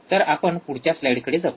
तर आपण पुढच्या स्लाईडकडे जाऊ